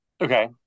Okay